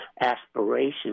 aspirations